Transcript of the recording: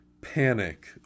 panic